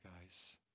guys